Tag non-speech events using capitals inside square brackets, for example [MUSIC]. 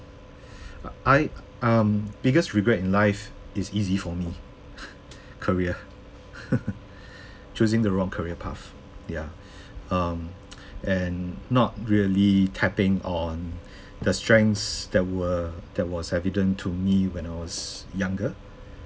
I um biggest regret in life is easy for me [LAUGHS] career [LAUGHS] choosing the wrong career path ya um [NOISE] and not really tapping on the strengths that were that was evident to me when I was younger